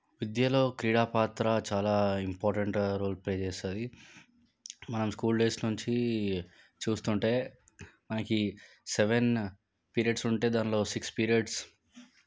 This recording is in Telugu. విద్యలో క్రీడా పాత్ర చాలా ఇంపార్టెంట్ రోల్ ప్లే చేస్తుంది మనం స్కూల్ డేస్ నుంచి చూస్తుంటే మనకి సెవెన్ పీరియడ్స్ ఉంటే దానిలో సిక్స్ పీరియడ్స్